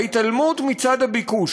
ההתעלמות מצד הביקוש,